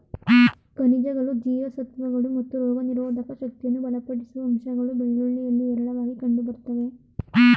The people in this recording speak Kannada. ಖನಿಜಗಳು ಜೀವಸತ್ವಗಳು ಮತ್ತು ರೋಗನಿರೋಧಕ ಶಕ್ತಿಯನ್ನು ಬಲಪಡಿಸುವ ಅಂಶಗಳು ಬೆಳ್ಳುಳ್ಳಿಯಲ್ಲಿ ಹೇರಳವಾಗಿ ಕಂಡುಬರ್ತವೆ